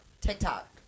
TikTok